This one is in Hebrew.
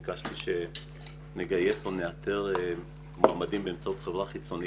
ביקשתי שנאתר מועמדים באמצעות חברה חיצונית,